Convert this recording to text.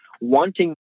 wanting